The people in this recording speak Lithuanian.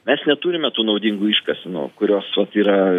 mes neturime tų naudingų iškasenų kurios vat yra